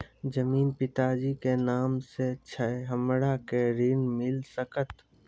जमीन पिता जी के नाम से छै हमरा के ऋण मिल सकत?